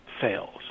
fails